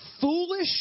foolish